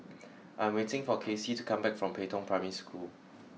I am waiting for Casie to come back from Pei Tong Primary School